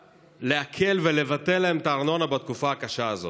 להקל ולבטל להם את הארנונה בתקופה הקשה הזאת,